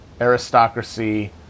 aristocracy